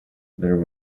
there